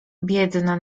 biedna